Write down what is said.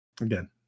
Again